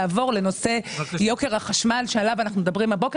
לעבור לנושא יוקר החשמל שעליו אנחנו מדברים הבוקר